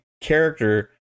character